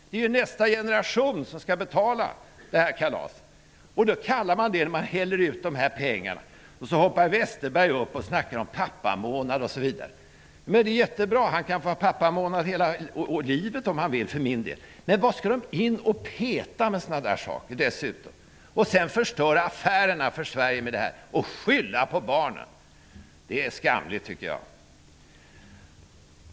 Det är nästa generation som får betala kalaset. Man häller ut pengar, och Bengt Westerberg hoppar upp och talar om pappamånad. Det är jättebra. För min del kan han få ha pappamånad hela livet om han så vill. Varför skall man in och peta i sådana saker? Sveriges affärer blir förstörda, och man skyller på barnen. Jag tycker att det är skamligt.